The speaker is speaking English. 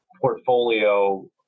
portfolio